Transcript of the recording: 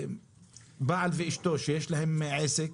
בעל ואישתו שיש להם עסק,